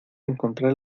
encontrar